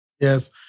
Yes